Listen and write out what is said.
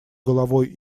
головой